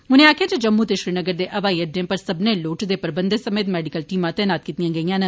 उनें आक्खेआ जे जम्मू ते श्रीनगर दे हवाई अड्डें पर सब्बनें लोडचदे प्रबंधै समेत मैडिकल टीमां तैनात कीतियां गेईयां न